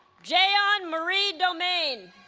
je'on marie domingue